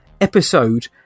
episode